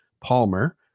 Palmer